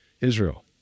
Israel